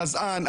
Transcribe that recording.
גזען,